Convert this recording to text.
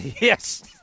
Yes